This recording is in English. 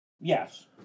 yes